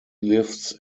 lifts